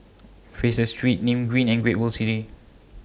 Fraser Street Nim Green and Great World City